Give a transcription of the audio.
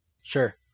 Sure